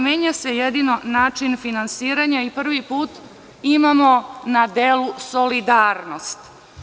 Menja se jedino način finansiranja i prvi put imamo na delu solidarnost.